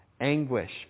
anguish